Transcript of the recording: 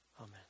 Amen